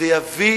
זה יביא